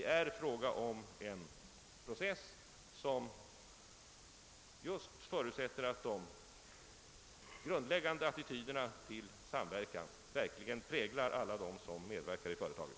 Här är det fråga om en process som förutsätter att just de grundläggande positiva attityderna till samverkan verkligen präglar alla dem som medverkar i företaget.